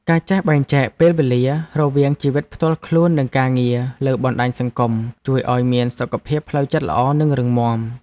ការចេះបែងចែកពេលវេលារវាងជីវិតផ្ទាល់ខ្លួននិងការងារលើបណ្តាញសង្គមជួយឱ្យមានសុខភាពផ្លូវចិត្តល្អនិងរឹងមាំ។